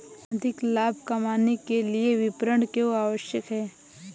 अधिक लाभ कमाने के लिए विपणन क्यो आवश्यक है?